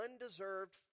undeserved